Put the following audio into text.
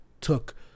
took